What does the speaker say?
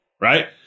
Right